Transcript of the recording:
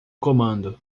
comando